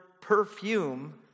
perfume